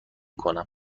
کنم